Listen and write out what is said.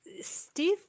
Steve